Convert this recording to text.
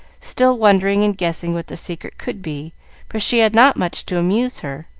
still wondering and guessing what the secret could be for she had not much to amuse her,